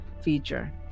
feature